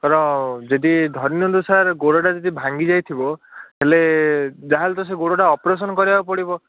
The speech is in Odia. ଙ୍କର ଯଦି ଧରି ନିଅନ୍ତୁ ସାର୍ ଗୋଡ଼ଟା ଯଦି ଭାଙ୍ଗି ଯାଇଥିବ ହେଲେ ଯାହା ହେଲେ ତ ସେ ଗୋଡ଼ଟା ଅପରେସନ୍ କରିବାକୁ ପଡ଼ିବ